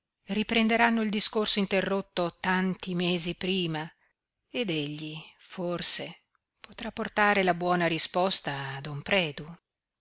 riprenderanno il discorso interrotto tanti mesi prima ed egli forse potrà portare la buona risposta a don predu